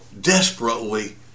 desperately